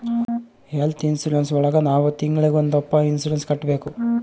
health insurance ಒಳಗ ನಾವ್ ತಿಂಗ್ಳಿಗೊಂದಪ್ಪ ಇನ್ಸೂರೆನ್ಸ್ ಕಟ್ಟ್ಬೇಕು